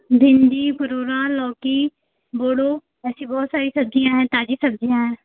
भिंडी फ़ुरुरा लौकी बोड़ो ऐसी बहुत सारी सब्ज़ियाँ है ताज़ी सब्ज़ियाँ हैं